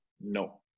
no